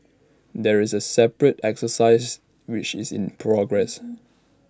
there is A separate exercise which is in progress